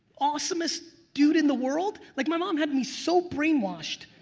awesomest dude in the world? like my mom had me so brainwashed,